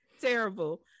Terrible